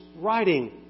writing